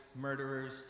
murderers